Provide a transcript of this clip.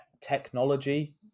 technology